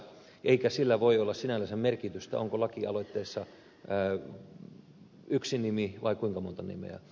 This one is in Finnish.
eikä sillä voi olla sinällänsä merkitystä onko lakialoitteessa yksi nimi vai kuinka monta nimeä